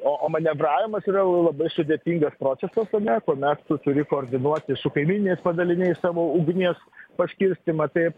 o o manevravimas yra labai sudėtingas procesas ar ne kuomet su turi koordinuoti su kaimyniniais padaliniais savo ugnies paskirstymą taip